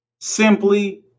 Simply